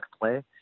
play